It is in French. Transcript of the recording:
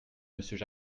monsieur